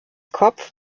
kopf